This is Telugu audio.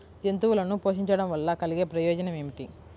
జంతువులను పోషించడం వల్ల కలిగే ప్రయోజనం ఏమిటీ?